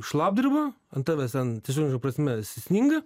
šlapdriba an tavęs ten tiesiogine žodžio prasme s sninga